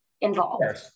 involved